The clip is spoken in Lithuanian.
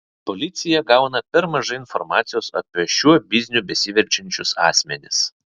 policija gauna per mažai informacijos apie šiuo bizniu besiverčiančius asmenis